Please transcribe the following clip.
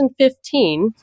2015